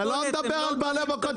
אני לא מדבר על בעלי מכולת,